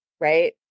right